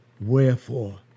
wherefore